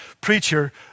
preacher